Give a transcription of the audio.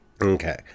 Okay